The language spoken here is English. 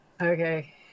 Okay